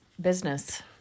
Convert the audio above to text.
business